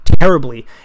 terribly